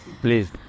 Please